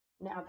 Now